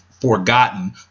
forgotten